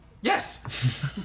Yes